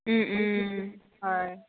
হয়